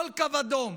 כל קו אדום.